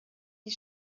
die